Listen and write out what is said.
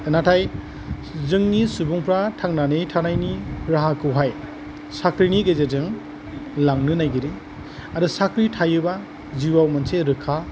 नाथाय जोंनि सुबुंफोरा थांनानै थानायनि राहाखौहाय साख्रिनि गेजेरजों लांनो नागिरो आरो साख्रि थायोबा जिउआव मोनसे रोखा